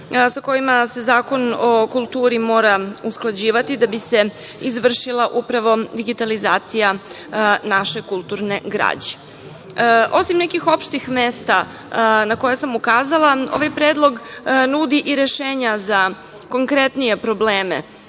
sa kojima se Zakon o kulturi mora usklađivati, da bi se izvršila upravo digitalizacija naše kulturne građe. Osim nekih opštih mesta na koja sam ukazala, ovaj predlog nudi i rešenja za konkretnije probleme,